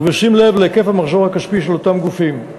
ובשים לב להיקף המחזור הכספי של אותם גופים.